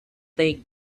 take